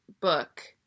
book